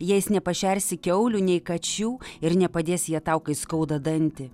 jais nepašersi kiaulių nei kačių ir nepadės jie tau kai skauda dantį